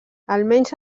almenys